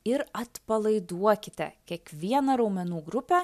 ir atpalaiduokite kiekvieną raumenų grupę